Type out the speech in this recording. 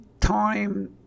time